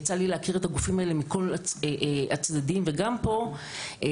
יצא לי להכיר את הגופים האלה מכל הצדדים וגם פה אחד